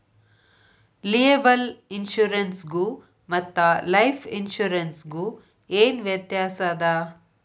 Liable insurance ಗು ಮತ್ತ life insurance ಗು ಏನ್ ವ್ಯಾತ್ಯಾಸದ?